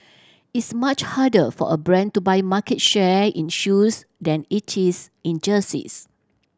it's much harder for a brand to buy market share in shoes than it is in jerseys